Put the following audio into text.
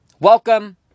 Welcome